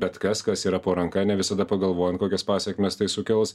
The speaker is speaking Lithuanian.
bet kas kas yra po ranka ne visada pagalvojant kokias pasekmes tai sukels